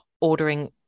ordering